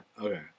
Okay